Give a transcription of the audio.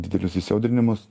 didelius įsiaudrinimus